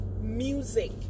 music